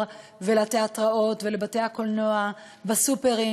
ולתיאטראות ולבתי-הקולנוע ובסופרים.